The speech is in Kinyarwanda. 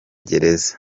gereza